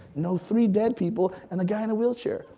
know three dead people and the guy in the wheelchair.